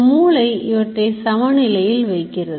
மூளை இவற்றை சமநிலையில் வைக்கிறது